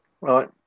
right